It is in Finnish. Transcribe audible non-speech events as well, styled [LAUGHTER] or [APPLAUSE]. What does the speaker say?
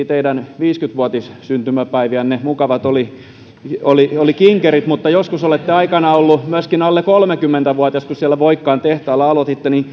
[UNINTELLIGIBLE] teidän viisikymmentä vuotissyntymäpäiviänne mukavat olivat kinkerit mutta joskus olette aikanaan ollut myös alle kolmekymmentä vuotias silloin kun siellä voikkaan tehtaalla aloititte